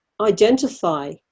identify